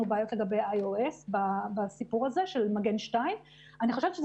בעיות לגבי IOS בסיפור הזה של מגן 2. אני חושבת שזה